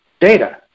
data